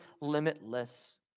limitless